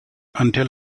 until